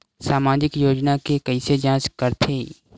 सामाजिक योजना के कइसे जांच करथे?